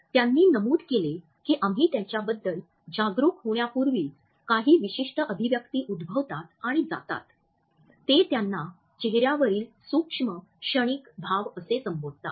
त्यांनी नमूद केले की आम्ही त्यांच्याबद्दल जागरूक होण्यापूर्वीच काही विशिष्ट अभिव्यक्ती उद्भवतात आणि जातात ते त्यांना चेहर्यावरील सूक्ष्म क्षणिक भाव असे संबोधतात